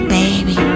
baby